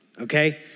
okay